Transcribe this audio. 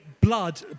blood